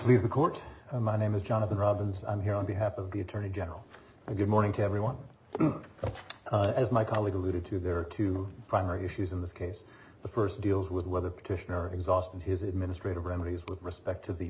please the court my name is jonathan robbins i'm here on behalf of the attorney general and good morning to everyone as my colleague alluded to there are two primary issues in this case the first deals with whether petitioner exhausted his administrative remedies with respect to the